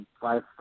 five